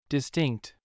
Distinct